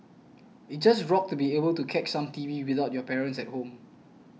it just rocked to be able to catch some T V without your parents at home